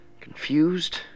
Confused